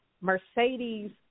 Mercedes